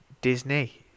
disney